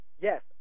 yes